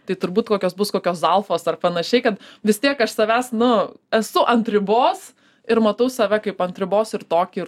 tai turbūt kokios bus kokios zalfos ar panašiai kad vis tiek aš savęs nu esu ant ribos ir matau save kaip ant ribos ir tokį ir